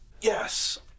Yes